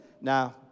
Now